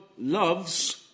loves